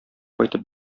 кайтып